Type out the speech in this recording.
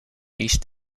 east